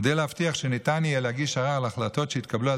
כדי להבטיח שניתן יהיה להגיש ערר על החלטות שהתקבלו על